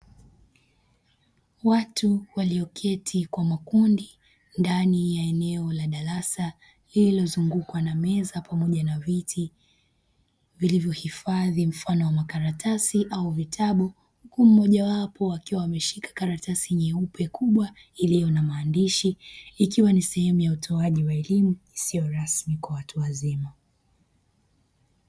Watu walioketi kwa makundi ndani ya eneo la darasa lililozungukwa na meza pamoja na viti, Vilivyohifadhi mfano wa makaratasi au vitabu mojawapo akiwa wameshika karatasi nyeupe kubwa iliyo na maandishi ikiwa ni sehemu ya utoaji wa elimu isiyo rasmi kwa watu wazima.